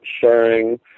sharing